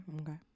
okay